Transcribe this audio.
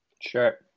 Sure